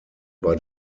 bei